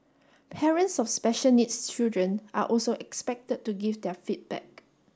parents of special needs children are also expected to give their feedback